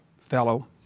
fellow